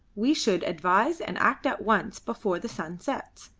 we should advise and act at once, before the sun sets.